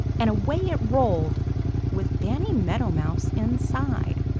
and away it rolled with danny meadow mouse inside.